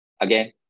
again